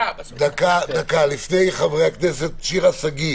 דקה לפני חברי הכנסת שירה שגיא,